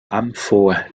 amphoe